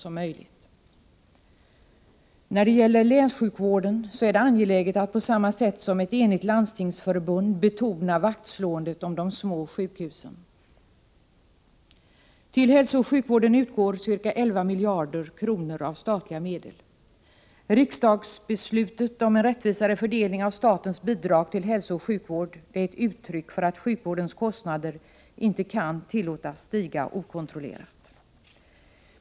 Vad gäller länssjukvården är det angeläget att på samma sätt som ett enigt landstingsförbund betona vaktslåendet om de små sjukhusen. Till hälsooch sjukvården utgår ca 11 miljarder kronor av statliga medel. Riksdagsbeslutet om en rättvisare fördelning av statens bidrag till hälsooch sjukvård är ett uttryck för att sjukvårdens kostnader inte kan tillåtas stiga okontrollerat.